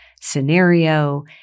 scenario